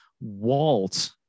Walt